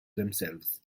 themselves